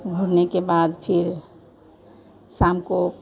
घूमने के बाद फिर शाम को